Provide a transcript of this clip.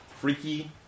freaky